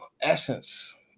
essence